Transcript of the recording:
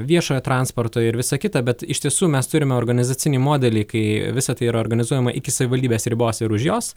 viešojo transporto ir visa kita bet iš tiesų mes turime organizacinį modelį kai visa tai yra organizuojama iki savivaldybės ribos ir už jos